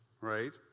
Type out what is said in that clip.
right